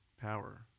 power